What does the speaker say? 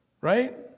Right